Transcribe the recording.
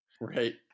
Right